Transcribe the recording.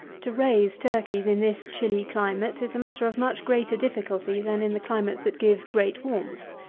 to raise turkeys in this chilly climate, is a matter of much greater difficulty than in the climates that give great warmth.